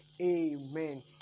Amen